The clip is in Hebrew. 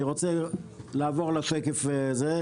אני רוצה לעבור לשקף הבא.